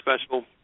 special